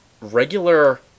Regular